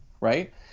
right